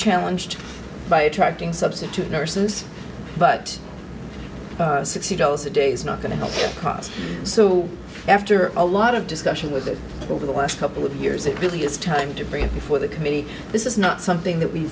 challenge to by attracting substitute nurses but sixty dollars a day is not going to help us so after a lot of discussion with that over the last couple of years it really is time to bring it before the committee this is not something that we